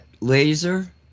laser